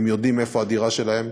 הם יודעים איפה הדירה שלהם.